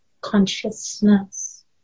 consciousness